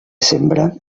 sembra